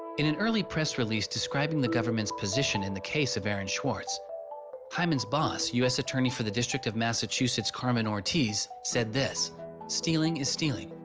in an early press release describing the government's position in the case of aaron swartz heymann's boss, us attorney for the disctrict of massachusetts, carmen ortiz said this stealing is stealing,